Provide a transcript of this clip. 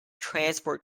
transport